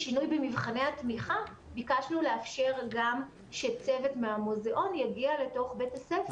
במבחני התמיכה ביקשנו לאפשר גם שצוות מהמוזיאון יגיע לתוך בית הספר.